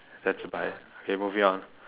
that's about it okay moving it on